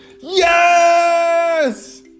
Yes